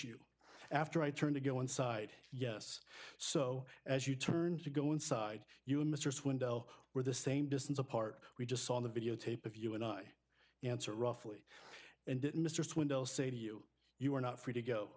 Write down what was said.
you after i turned to go inside yes so as you turned to go inside you and mr swindle were the same distance apart we just saw the videotape of you and i answered roughly and didn't mr swindle say to you you were not free to go